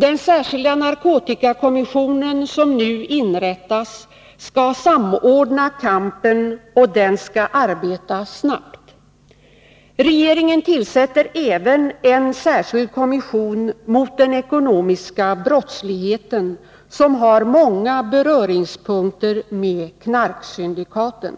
Den särskilda narkotikakommission som nu inrättas skall samordna kampen och den skall arbeta snabbt. Regeringen tillsätter även en särskild kommission mot den ekonomiska brottsligheten, som har många beröringspunkter med knarksyndikaten.